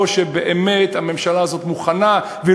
או שבאמת הממשלה הזאת מוכנה להקדיש,